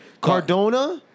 Cardona